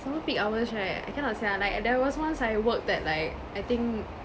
some more peak hours right I cannot sia like there was once I worked at at like I think